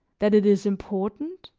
that it is important?